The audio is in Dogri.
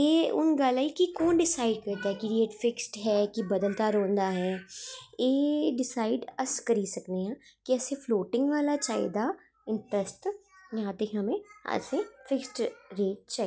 एह् हून गल्ल आइ कि कु'न डिसाईड़ करदा ऐ कि फिक्सड ऐ कि बदलदा रौंह्दा ऐ एह् डिसाईड़ अस करी सकनें आं कि असैं फलोटिंग आह्ला चाही दा इंट्रस्ट जां ते असैं फिक्सड चाही दा